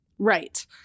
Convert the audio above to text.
Right